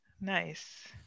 nice